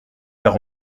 car